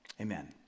Amen